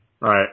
Right